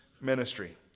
ministry